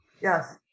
yes